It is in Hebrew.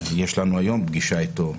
יש לנו היום פגישה איתו,